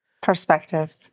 perspective